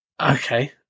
Okay